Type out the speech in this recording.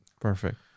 perfect